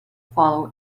follow